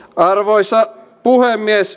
arvoisa puhemies